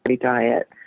diet